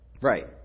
Right